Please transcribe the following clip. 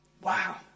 Wow